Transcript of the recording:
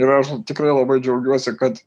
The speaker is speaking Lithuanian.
ir aš tikrai labai džiaugiuosi kad